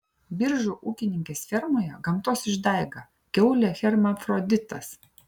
biržų ūkininkės fermoje gamtos išdaiga kiaulė hermafroditas